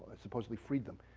supposedly freed them.